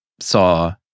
saw